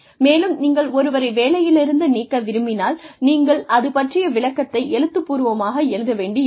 மேலும் நீங்கள் ஒருவரை வேலையிலிருந்து நீக்க விரும்பினால் நீங்கள் அது பற்றிய விளக்கத்தை எழுத்துப்பூர்வமாக எழுத வேண்டியிருக்கும்